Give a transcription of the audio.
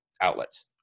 outlets